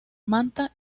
manta